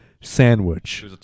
sandwich